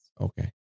okay